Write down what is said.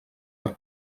per